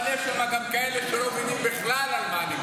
אבל יש שם גם כאלה שלא מבינים בכלל על מה אני מדבר.